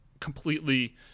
completely